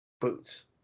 boots